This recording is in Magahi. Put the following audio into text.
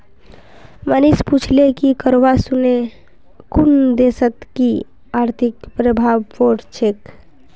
मनीष पूछले कि करवा सने कुन देशत कि आर्थिक प्रभाव पोर छेक